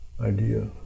idea